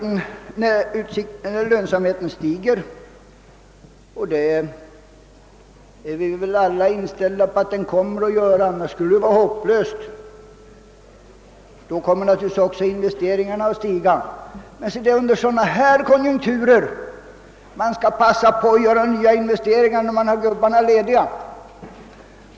När lönsamheten stiger — vi är väl alla inställda på att den kommer att göra det; annars skulle situationen vara hopplös — kommer naturligtvis också investeringarna att stiga. Men det är under sådana här konjunkturer man skall passa på att göra nya investeringar medan man har arbetskraft ledig.